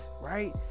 right